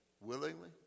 willingly